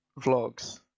vlogs